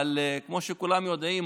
אבל כמו שכולם יודעים,